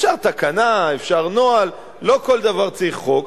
אפשר תקנה, אפשר נוהל, לא כל דבר צריך חוק.